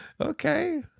Okay